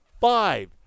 five